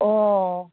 ᱚᱻ